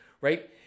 right